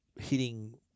hitting